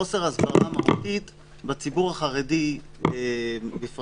חוסר הסברה מהותי בציבור החרדי בפרט,